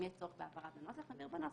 אם יש צורך בהברת הנוסח, נבהיר בנוסח.